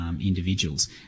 individuals